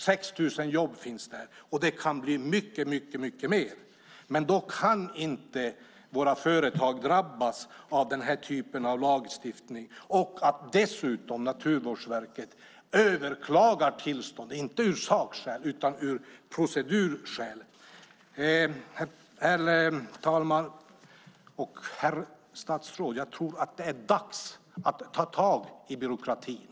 Här finns 6 000 jobb, och det kan bli många fler - men inte om våra företag drabbas av denna typ av lagstiftning och av att Naturvårdsverket dessutom överklagar tillstånd, inte av sakskäl utan av procedurskäl. Herr talman och herr statsråd! Jag tror att det är dags att ta tag i byråkratin.